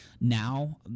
Now